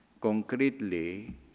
concretely